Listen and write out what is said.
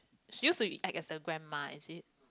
used to be act as a grandma is it